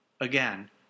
Again